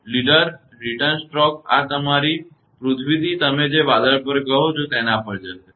કે leader return stroke આ તમારી પૃથ્વીથી તમે જે વાદળ પર કહો છો તેના પર જશે